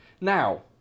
Now